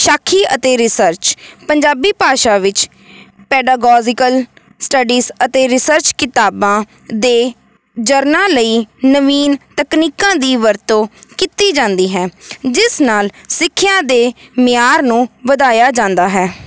ਸਾਖੀ ਅਤੇ ਰਿਸਰਚ ਪੰਜਾਬੀ ਭਾਸ਼ਾ ਵਿੱਚ ਪੈਡਾਗੋਜੀਕਲ ਸਟਡੀਜ ਅਤੇ ਰਿਸਰਚ ਕਿਤਾਬਾਂ ਦੇ ਜਰਨਾ ਲਈ ਨਵੀਨ ਤਕਨੀਕਾਂ ਦੀ ਵਰਤੋਂ ਕੀਤੀ ਜਾਂਦੀ ਹੈ ਜਿਸ ਨਾਲ ਸਿੱਖਿਆ ਦੇ ਮਿਆਰ ਨੂੰ ਵਧਾਇਆ ਜਾਂਦਾ ਹੈ